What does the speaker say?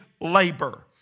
labor